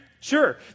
Sure